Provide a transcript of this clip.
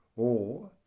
or,